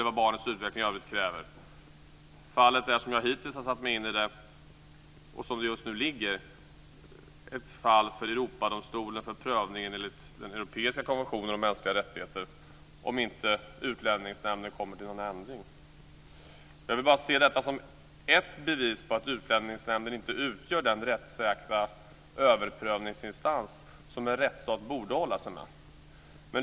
Om inte Utlänningsnämnden kommer fram till någon ändring är fallet, som jag hittills har satt mig in i det och som det just nu ligger, ett fall för Europadomstolen för prövning enligt den europeiska konventionen om mänskliga rättigheter. Jag ser detta som ett bevis på att Utlänningsnämnden inte utgör den rättssäkra överprövningsinstans som en rättsstat borde hålla sig med.